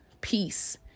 peace